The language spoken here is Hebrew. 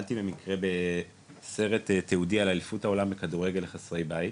ונתקלתי במקרה בסרט תיעודי על אליפות העולם בכדורגל לחסרי בית,